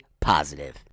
positive